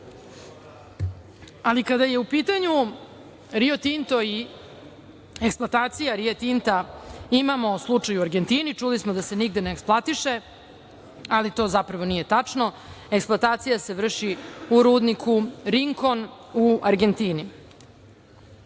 kada je u pitanju Rio Tinto i eksploatacija Rio Tinta, imamo slučaj u Argentini, čuli smo da se nigde ne eksploatiše, to zapravo nije tačno, eksploatacije se vrši u rudniku Rinkon u Argentini.